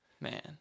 Man